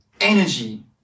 energy